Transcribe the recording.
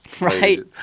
right